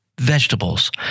vegetables